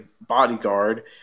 bodyguard